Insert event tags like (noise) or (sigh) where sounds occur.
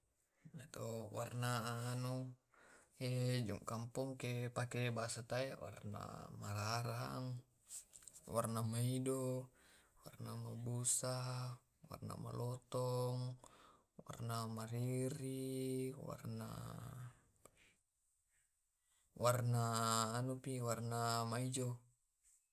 Nato warna anu (hesitation) ju kampong ke (hesitation) pake bahasa (unintelligible) kampong (hesitation) warna mararang, warna maido, warna mabusa, warna malotong, warna mareri, warna warna, warna anupi warna maijo. (hesitation)